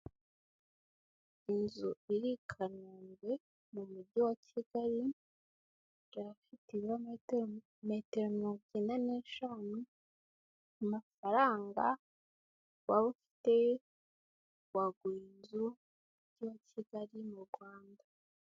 Inzu iri i Kanombe mu mujyi wa Kigali, ikaba ifite ibirometero, metero mirongo icyenda n'eshanu, amafaranga waba ufite wagura inzu mu mujyi wa Kigali mu Rwanda.